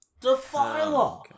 Defiler